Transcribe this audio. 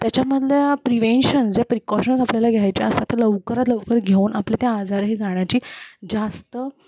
त्याच्यामधल्या प्रिवेन्शन्स ज्या प्रिकॉशन्स आपल्याला घ्यायचे असतात लवकरात लवकर घेऊन आपल्या त्या आजार ही जाण्याची जास्त